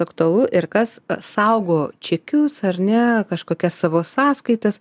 aktualu ir kas saugo čekius ar ne kažkokias savo sąskaitas